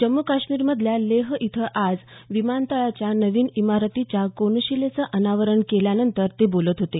जम्मू काश्मीरमधल्या लेह इथं आज विमानतळाच्या नवीन इमारतीच्या कोनशिलेचं अनावरण केल्यानंतर ते बोलत होते